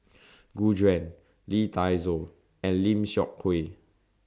Gu Juan Lee Dai Soh and Lim Seok Hui